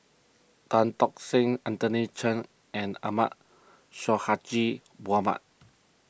Tan Tock Seng Anthony Chen and Ahmad Sonhadji Mohamad